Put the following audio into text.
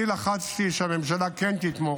אני לחצתי שהממשלה כן תתמוך,